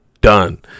Done